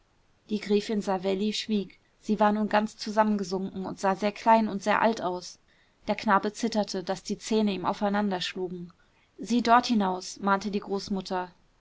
die gräfin savelli schwieg sie war nun ganz zusammengesunken und sah sehr klein und sehr alt aus der knabe zitterte daß die zähne ihm aufeinander schlugen sieh dort hinaus mahnte die großmutter